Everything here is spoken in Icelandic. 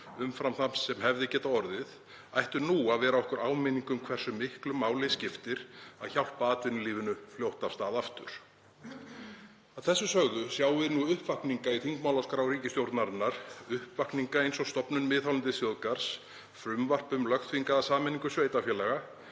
umfram það sem hefði getað orðið, ættu nú að vera okkur áminning um hversu miklu máli skiptir að hjálpa atvinnulífinu fljótt af stað aftur. Að þessu sögðu sjáum við nú uppvakninga í þingmálaskrá ríkisstjórnarinnar, uppvakninga eins og stofnun miðhálendisþjóðgarðs, frumvarp um lögþvingaðar sameiningar sveitarfélaga.